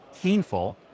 painful